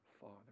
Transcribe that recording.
Father